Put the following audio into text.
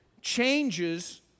changes